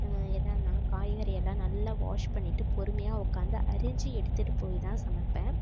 எதாக இருந்தாலும் காய்கறியெல்லாம் நல்லா வாஷ் பண்ணிவிட்டு பொறுமையாக உட்காந்து அரிஞ்சு எடுத்துகிட்டு போய் தான் சமைப்பேன்